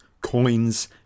coins